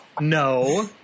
No